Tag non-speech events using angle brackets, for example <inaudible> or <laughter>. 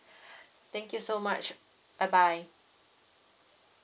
<breath> thank you so much bye bye